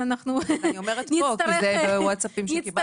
אני אומרת פה כי זה הודעות שקיבלתי.